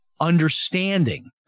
understanding